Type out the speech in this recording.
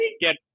get